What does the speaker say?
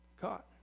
caught